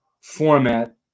format